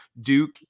Duke